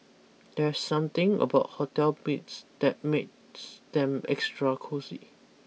there's something about hotel beds that makes them extra cosy